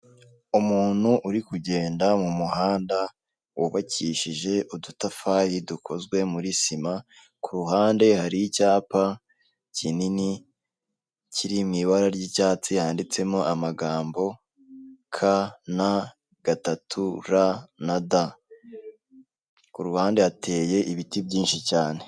Umuntu uri kugenda mu muhanda wubakishije udutafari dukozwe muri sima, ku ruhande hari icyapa kinini kiri mu ibara ry'icyatsi handitsemo amagambo ka, na, gatatu, ra na da. Ku ruhande hateye ibiti byinshi cyane.